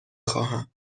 خواهم